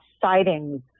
sightings